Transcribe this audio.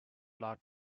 large